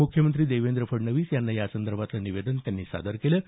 मुख्यमंत्री देवेंद्र फडणवीस यांना यासंदर्भातलं निवेदन त्यांनी सादर केलं आहे